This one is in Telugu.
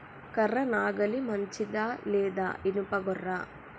కర్ర నాగలి మంచిదా లేదా? ఇనుప గొర్ర?